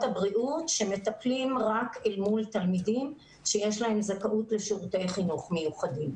הבריאות שמטפלים רק אל מול תלמידים שיש להם זכאות לשירותי חינוך מיוחדים.